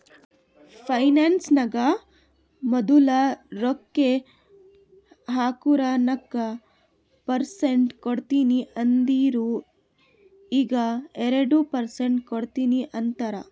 finance ನಾಗ್ ಮದುಲ್ ರೊಕ್ಕಾ ಹಾಕುರ್ ನಾಕ್ ಪರ್ಸೆಂಟ್ ಕೊಡ್ತೀನಿ ಅಂದಿರು ಈಗ್ ಎರಡು ಪರ್ಸೆಂಟ್ ಕೊಡ್ತೀನಿ ಅಂತಾರ್